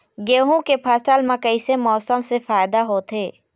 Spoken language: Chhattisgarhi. गेहूं के फसल म कइसे मौसम से फायदा होथे?